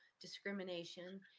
discrimination